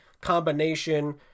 combination